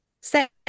Set